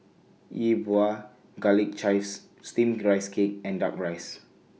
Yi Bua Garlic Chives Steamed Rice Cake and Duck Rice